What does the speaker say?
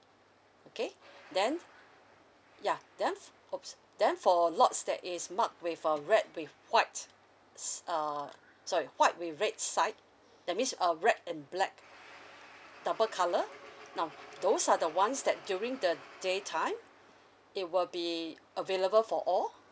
okay then ya then f~ !oops! then for lots that is marked with uh red with white s~ uh sorry white with red side that means uh red and black double colour now those are the ones that during the daytime it will be available for all